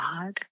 God